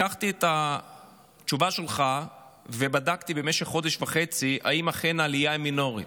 לקחתי את התשובה שלך ובדקתי במשך חודש וחצי אם אכן העלייה היא מינורית.